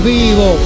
vivo